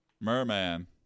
merman